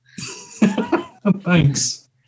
Thanks